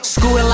School